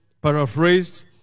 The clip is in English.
paraphrased